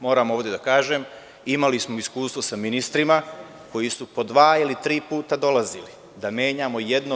Moram ovde da kažem, imali smo iskustva sa ministrima koji su po dva ili tri puta dolazili da menjamo te jedno.